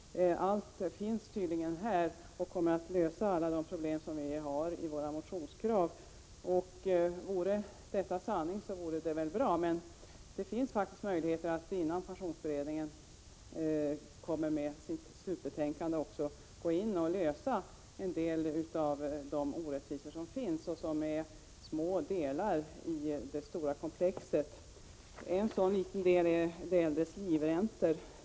Allt finns tydligen med och kommer att lösa alla de problem vi har fört fram i våra motionskrav. Vore detta sanning vore det bra. Men det finns faktiskt möjligheter att innan pensionsberedningen kommer med sitt slutbetänkande lösa en del av de orättvisor som finns och som är små delar av det stora komplexet. En sådan liten del är de äldres livräntor.